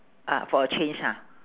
ah for a change ha